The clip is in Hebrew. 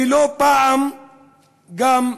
ולא פעם גם,